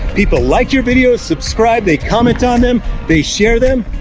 people like your videos, subscribe, they comment on them, they share them,